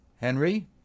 Henry